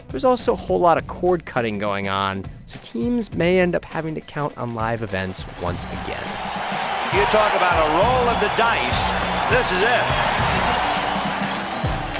there's also a whole lot of cord-cutting going on. so teams may end up having to count on live events once yeah um